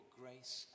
grace